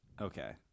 Okay